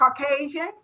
Caucasians